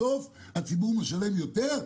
בסוף הציבור משלם יותר,